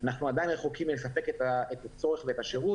אנחנו עדיין רחוקים מלספק את הצורך ואת השירות.